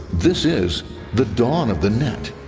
this is the dawn of the net.